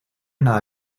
nada